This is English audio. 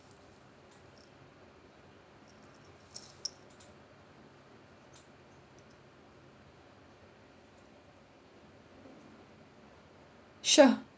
sure